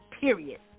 period